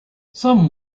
some